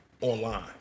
online